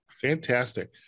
Fantastic